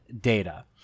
data